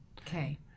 Okay